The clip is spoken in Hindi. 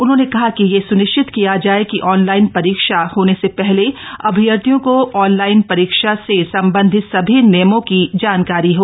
उन्होंने कहा कि यह स्निश्चित किया जाय कि ऑनलाइन परीक्षा होने से पहले अभ्यर्थियों को ऑनलाइन परीक्षा से संबंधित सभी नियमों की जानकारी हो